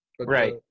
right